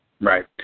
Right